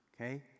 okay